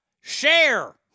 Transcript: share